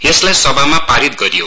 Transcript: यसलाई सभामा पारित गरियो